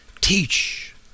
Teach